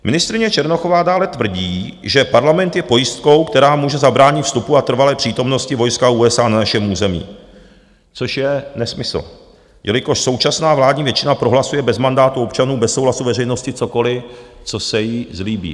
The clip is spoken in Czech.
Ministryně Černochová dále tvrdí, že Parlament je pojistkou, která může zabránit vstupu a trvalé přítomnosti vojska USA na našem území což je nesmysl, jelikož současná vládní většina prohlasuje bez mandátu občanů, bez souhlasu veřejnosti cokoliv, co se jí zlíbí.